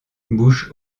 bouche